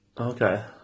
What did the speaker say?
Okay